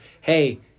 hey